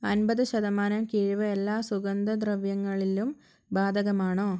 അൻപത് ശതമാനം കിഴിവ് എല്ലാ സുഗന്ധദ്രവ്യങ്ങളിലും ബാധകമാണോ